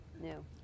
No